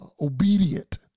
obedient